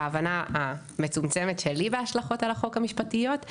בהבנה המצומצמת שלי בהשלכות המשפטיות על החוק,